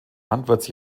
landwirts